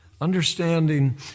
Understanding